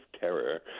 terror